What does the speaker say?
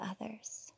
others